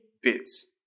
bits